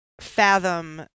fathom